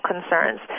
concerns